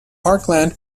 parkland